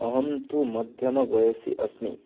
अहं तु मध्यमवयसि अस्मि